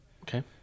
Okay